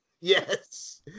Yes